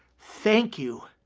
thank you.